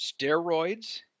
steroids